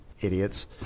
idiots